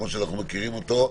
כמו שאנחנו מכירים אותו.